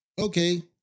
okay